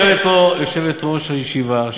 יושבת פה יושבת-ראש הישיבה,